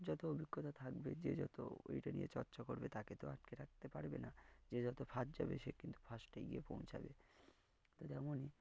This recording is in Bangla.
যত অভিজ্ঞতা থাকবে যে যত ওইটা নিয়ে চর্চা করবে তাকে তো আটকে রাখতে পারবে না যে যত ফার্স্ট যাবে সে কিন্তু ফার্স্টে গিয়ে পৌঁছাবে তো তমনই